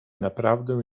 naprawdę